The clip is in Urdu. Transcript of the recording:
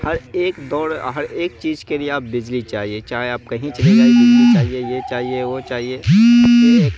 ہر ایک دور ہر ایک چیز کے لیے اب بجلی چاہیے چاہے آپ کہیں چلے یہ چاہیے وہ چاہیے ایک